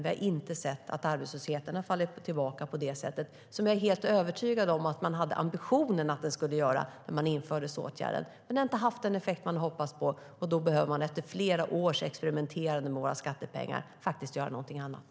Vi har inte sett att arbetslösheten har gått tillbaka så som jag är helt övertygad om att man hade ambitionen att den skulle göra när man införde åtgärden. Efter flera års experimenterande med våra skattepengar har den inte haft den effekt man hoppades på, och då behöver man faktiskt göra någonting annat.